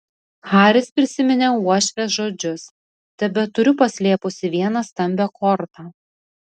haris prisiminė uošvės žodžius tebeturiu paslėpusi vieną stambią kortą